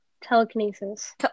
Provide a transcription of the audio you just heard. telekinesis